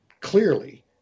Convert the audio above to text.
clearly